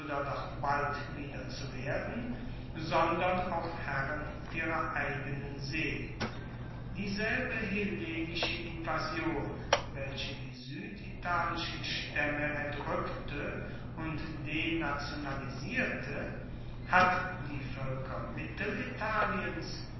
bald wieder zu werden sondern auch herren ihrer eigenen see dieselbe hellenische invasion welche die sueditalischen staemme erdrueckte und denationalisierte hat die voelker mittelitaliens